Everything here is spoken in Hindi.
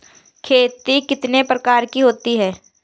खेती कितने प्रकार की होती है?